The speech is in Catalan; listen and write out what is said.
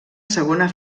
segona